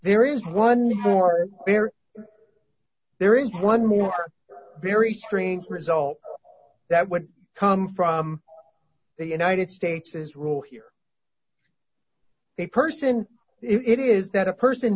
there is one more there there is one more very strange result that would come from the united states is rule here a person it is that a person